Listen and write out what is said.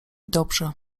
dobrze